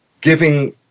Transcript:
giving